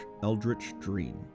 eldritchdream